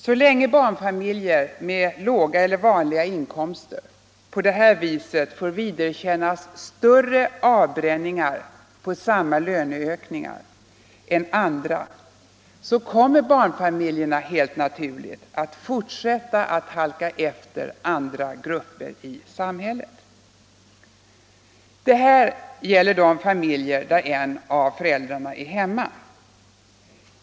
Så länge barnfamiljer med låga eller vanliga inkomster på det här viset får vidkännas större avbränningar på samma löneökningar än andra kommer barnfamiljerna helt naturligt att fortsätta att halka efter andra grupper i samhället. Detta gäller de familjer där en av föräldrarna är hemma.